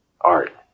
art